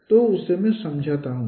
तो मैं उसे समझाता हूं